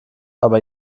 aber